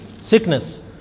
sickness